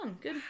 good